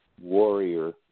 warrior